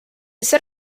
set